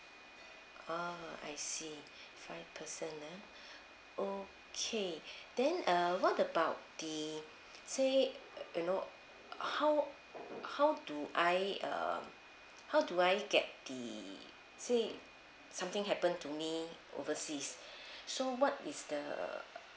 oh I see five person ah okay then uh what about the said you know how how do I uh how do I get the say something happen to me overseas so what is the